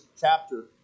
chapter